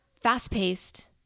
fast-paced